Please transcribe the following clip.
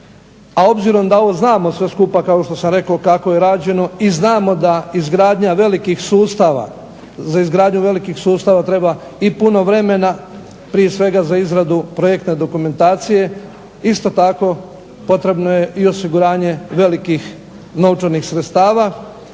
a obzirom da ovo znamo sve skupa kao što sam rekao kako je rađeno i znamo da izgradnja velikih sustava, za izgradnju velikih sustava treba i puno vremena, prije svega za izradu projektne dokumentacije. Isto tako, potrebno je i osiguranje velikih novčanih sredstava,